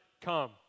come